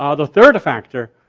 ah the third factor,